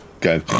go